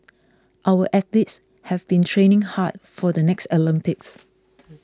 our athletes have been training hard for the next Olympics